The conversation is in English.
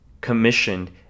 commissioned